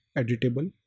editable